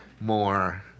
more